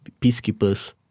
peacekeepers